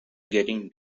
getting